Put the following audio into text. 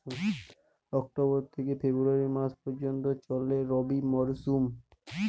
October থেকে February মাস পর্যন্ত চলে রবি মরসুম